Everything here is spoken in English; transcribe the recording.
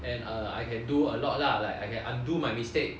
and err I can do a lot lah like I can undo my mistake